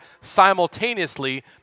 simultaneously